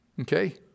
Okay